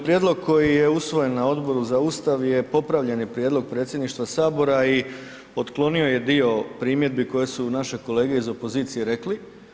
Prijedlog koji je usvojen na Odboru za Ustav je popravljeni prijedlog Predsjedništva Sabora i otklonio je dio primjedbi koje su naše kolege iz opozicije rekli.